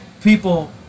people